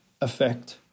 effect